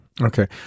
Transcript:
okay